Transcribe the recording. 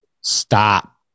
Stop